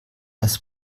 das